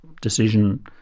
decision